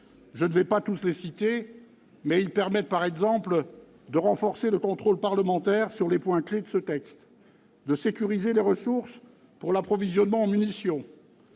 Je ne vais pas tous les citer, mais ils permettront par exemple de renforcer le contrôle parlementaire sur les points clés de ce texte, de sécuriser les ressources pour l'approvisionnement en munitions,